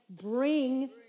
bring